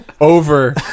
over